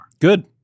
Good